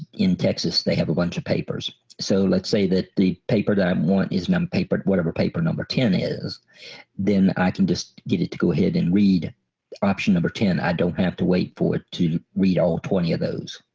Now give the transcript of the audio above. in texas they have a bunch of papers so let's say that the paper that i um want is whatever paper number ten is then i can just get it to go ahead and read option number ten, i don't have to wait for it to read all twenty of those.